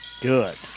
good